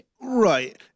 Right